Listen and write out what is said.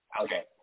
Okay